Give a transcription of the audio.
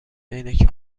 عینک